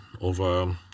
over